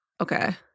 okay